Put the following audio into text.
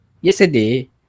yesterday